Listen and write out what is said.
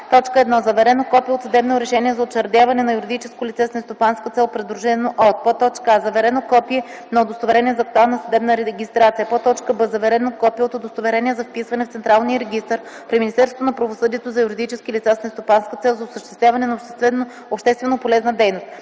„1. заверено копие от съдебно решение за учредяване на юридическо лице с нестопанска цел, придружено от: а) заверено копие на удостоверение за актуална съдебна регистрация; б) заверено копие от удостоверение за вписване в централния регистър при Министерството на правосъдието за юридически лица с нестопанска цел за осъществяване на общественополезна дейност;